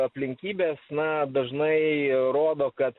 aplinkybės na dažnai rodo kad